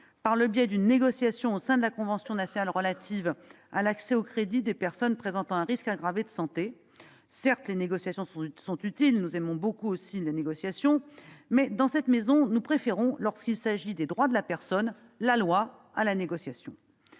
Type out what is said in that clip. par le biais d'une négociation au sein de la convention nationale relative à l'accès au crédit des personnes présentant un risque aggravé de santé. Certes, les négociations sont utiles ; nous les apprécions beaucoup. Mais, dans cette maison, nous préférons, lorsqu'il s'agit des droits de la personne, la loi à la négociation.